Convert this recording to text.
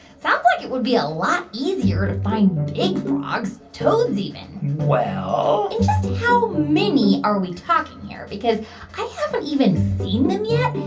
sounds like it would be a lot easier to find big frogs toads, even well. and just how mini are we talking here? because i haven't even seen them yet,